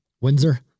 Windsor